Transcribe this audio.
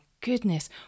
Goodness